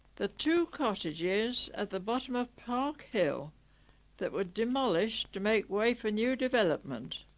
the two cottages at the bottom of park hill that were demolished to make way for new development